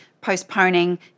postponing